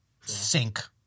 sink